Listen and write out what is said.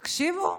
תקשיבו,